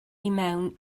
mewn